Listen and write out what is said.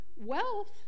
wealth